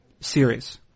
series